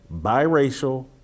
biracial